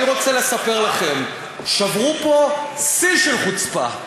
אני רוצה לספר לכם: שברו פה שיא של חוצפה.